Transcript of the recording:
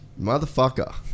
motherfucker